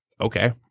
okay